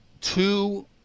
two